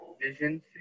Vision